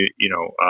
you know,